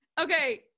Okay